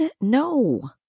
No